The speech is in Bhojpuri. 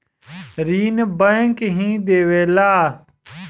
ऋण बैंक ही देवेला